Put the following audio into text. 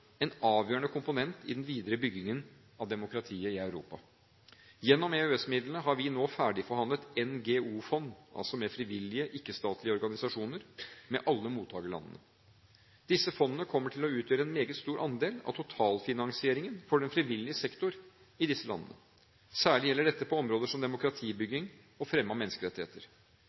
en avgjørende komponent i den videre byggingen av demokratiet i Europa. Gjennom EØS-midlene har vi nå ferdigforhandlet NGO-fond – altså med frivillige, ikke-statlige organisasjoner – med alle mottakerlandene. Disse fondene kommer til å utgjøre en meget stor andel av totalfinansieringen for den frivillige sektor i disse landene. Særlig gjelder dette på områder som demokratibygging og fremme av menneskerettigheter.